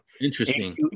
Interesting